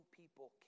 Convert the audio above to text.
people